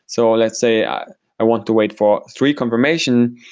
so ah let's say i i want to wait for three confirmation,